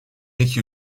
iki